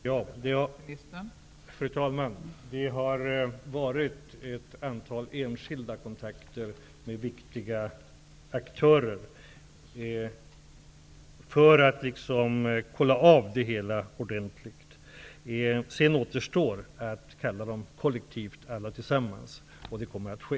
Fru talman! Det har förekommit ett antal kontakter med enskilda viktiga aktörer för att kolla av situationen ordentligt. Det återstår att kalla dem kollektivt, alla tillsammans. Det kommer att ske.